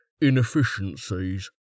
inefficiencies